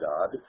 God